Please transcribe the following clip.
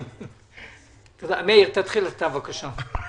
מאיר, תתחיל אתה, בבקשה.